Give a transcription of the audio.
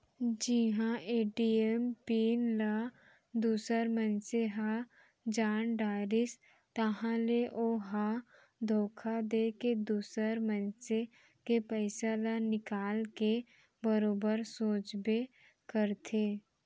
जिहां ATM PIN ल दूसर मनसे ह जान डारिस ताहाँले ओ ह धोखा देके दुसर मनसे के पइसा ल निकाल के बरोबर सोचबे करथे